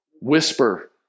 whisper